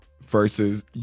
versus